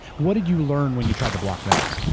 what did you learn when you tried to block them?